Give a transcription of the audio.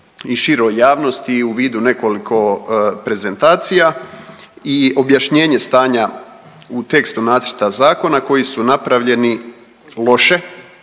i široj javnosti i u vidu nekoliko prezentacija i objašnjenje stanja u tekstu nacrta zakona koji su napravljeni loše,